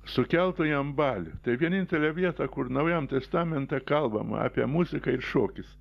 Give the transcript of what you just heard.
sukeltų jam balių tai vienintelė vieta kur naujam testamente kalbama apie muziką ir šokius